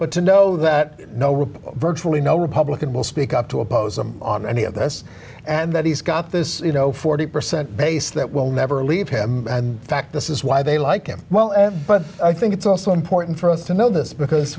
but to know that no rip virtually no republican will speak up to oppose him on any of this and that he's got this you know forty percent base that will never leave him fact this is why they like him well at but i think it's also important for us to know this because